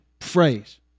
phrase